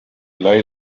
laid